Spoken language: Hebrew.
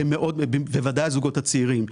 בוודאי הזוגות הצעירים,